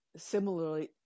Similarly